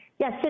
Yes